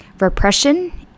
repression